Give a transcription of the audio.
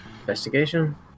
Investigation